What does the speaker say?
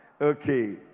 okay